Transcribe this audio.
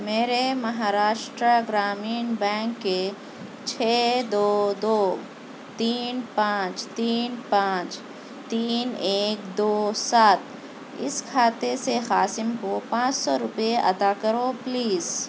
میرے مہاراشٹرا گرامین بینک کے چھ دو دو تین پانچ تین پانچ تین ایک دو سات اِس کھاتے سے قاسم کو پانچ سو روپے ادا کرو پلیز